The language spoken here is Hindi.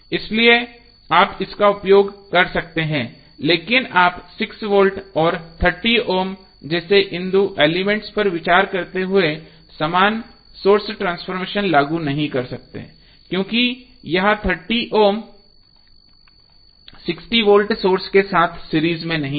इसलिए आप इसका उपयोग कर सकते हैं लेकिन आप 6 वोल्ट और 30 ओम जैसे इन दो एलिमेंट्स पर विचार करते हुए समान सोर्स ट्रांसफॉर्मेशन लागू नहीं कर सकते क्योंकि यह 30 ओम 60 वोल्ट सोर्स के साथ सीरीज में नहीं है